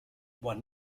one